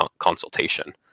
consultation